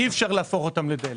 אי אפשר להפוך אותם לדלק,